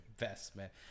Investment